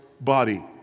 body